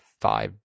five